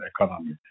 economy